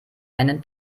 einen